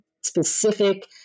specific